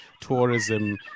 tourism